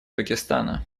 пакистана